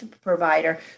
provider